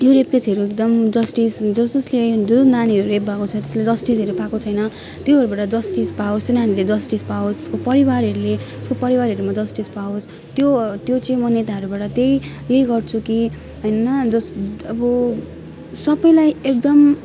यो रेप केसहरू एकदम जस्टिस जस जसले जो नानीहरू रेप भएको छ त्यसले जस्टिसहरू पाएको छैन त्योबाट जस्टिस पाओस् नानीले जस्टिस पाओस् परिवारहरूले त्यसको परिवारहरूमा जस्टिस पाओस् त्यो त्यो चाहिँ मूलाधारबाट त्यही यही गर्छु कि न्याय दोष अब सबैलाई एकदम